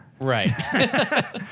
Right